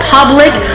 Public